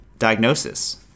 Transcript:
diagnosis